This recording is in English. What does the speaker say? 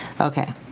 Okay